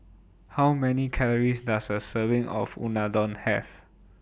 How Many Calories Does A Serving of Unadon Have